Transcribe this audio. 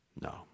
No